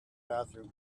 bathroom